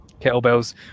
kettlebells